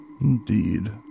Indeed